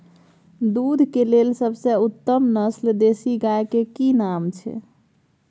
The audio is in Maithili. दूध के लेल सबसे उत्तम नस्ल देसी गाय के की नाम छै?